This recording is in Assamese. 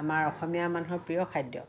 আমাৰ অসমীয়া মানুহৰ প্ৰিয় খাদ্য